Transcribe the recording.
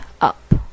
up